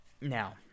Now